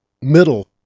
middle